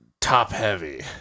top-heavy